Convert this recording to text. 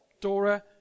Dora